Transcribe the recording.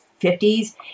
50s